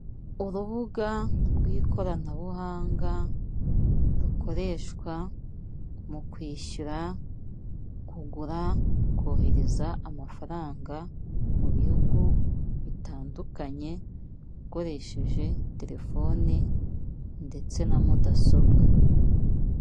Urubuga rw'ikoranabuhanga rukoreshwa mu kwishyura, kugura, kohereza amafaranga mu bihugu bitandukanye ukoresheje telefoni ndetse na mudasobwa.